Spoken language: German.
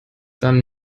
dann